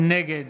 נגד